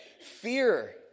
fear